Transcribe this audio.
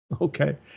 okay